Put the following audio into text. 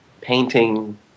painting